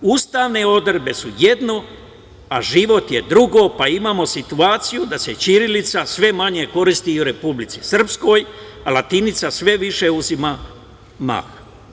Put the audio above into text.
Ustavne odredbe su jedno, a život je drugo, pa imamo situaciju da se ćirilica sve manje koristi i u Republici Srpskoj, a latinica sve više uzima maha.